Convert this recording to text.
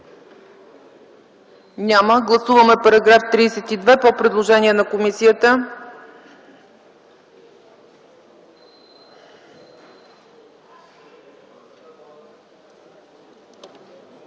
Няма. Гласуваме § 36 по предложението на комисията.